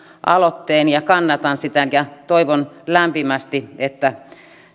aloitteen ja kannatan sitä ja toivon lämpimästi että